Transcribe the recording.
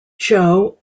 joe